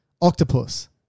Octopus